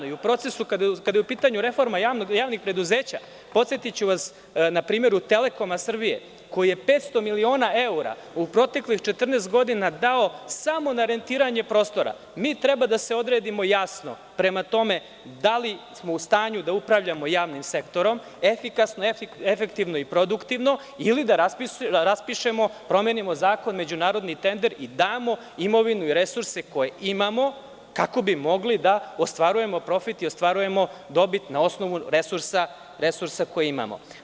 Kada je upitanju reforma javnih preduzeća, podsetiću vas na primeru „Telekoma Srbije“, koji je 500 miliona evra u proteklih 14 godina dao samo na rentiranje prostora, mi treba da se odredimo jasno, da li smo u stanju da upravljamo javnim sektorom, efikasno, efektivno i produktivno ili da raspišemo, promenimo zakon, međunarodni tender i damo imovinu i resurse koje imamo, kako bi mogli da ostvarujemo profit i dobit na osnovu resursa koje imamo.